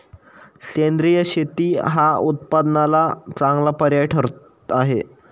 सेंद्रिय शेती हा उत्पन्नाला चांगला पर्याय ठरत आहे